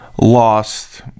lost